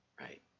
right